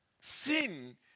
Sin